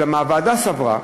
אולם הוועדה סברה,